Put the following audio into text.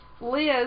Liz